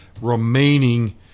remaining